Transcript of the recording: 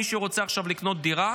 מי שרוצה עכשיו לקנות דירה,